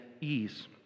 ease